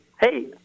Hey